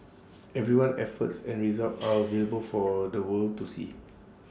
everyone's efforts and results are available for the world to see